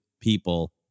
people